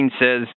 says